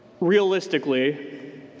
realistically